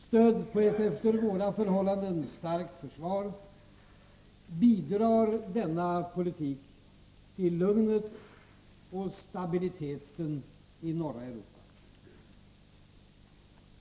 Stödd på ett efter våra förhållanden starkt försvar bidrar denna politik till lugnet och stabiliteten i norra Europa.